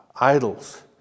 idols